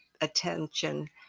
attention